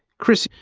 chris,